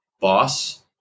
boss